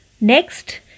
Next